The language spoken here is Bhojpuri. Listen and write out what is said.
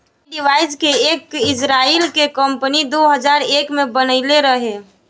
ऐ डिवाइस के एक इजराइल के कम्पनी दो हजार एक में बनाइले रहे